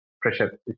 pressure